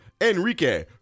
Enrique